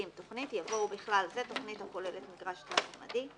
זה משפר את ההליך הרישומי.